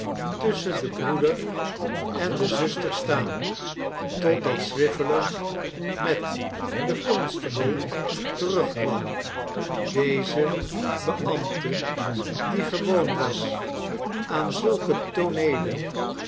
tusschen den broeder en de zuster staan totdat swiveller met den constable terugkwam deze beambte die gewoon was aan zulke